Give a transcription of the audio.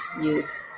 youth